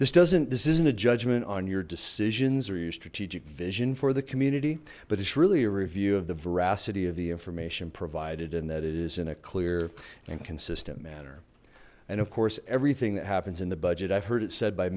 this doesn't this isn't a judgment on your decisions or your strategic vision for the community but it's really a review of the veracity of the information provided and that it is in a clear and consistent manner and of course everything that happens in the budget i've heard it said by